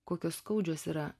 kokios skaudžios yra